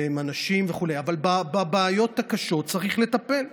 והם אנשים וכו', אבל בבעיות הקשות צריך לטפל.